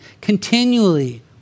continually